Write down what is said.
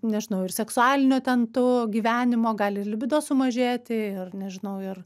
nežinau ir seksualinio ten to gyvenimo gali ir libido sumažėti ir nežinau ir